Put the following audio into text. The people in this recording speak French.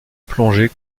plongée